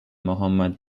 muhammad